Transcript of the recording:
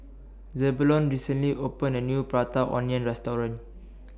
Zebulon recently opened A New Prata Onion Restaurant